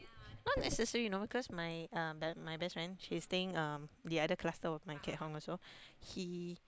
not necessary you know cause my um my best friend she staying um the other cluster of my Keat-Hong also he